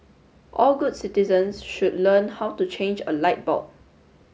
all good citizens should learn how to change a light bulb